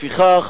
לפיכך,